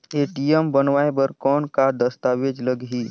ATM बनवाय बर कौन का दस्तावेज लगही?